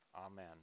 Amen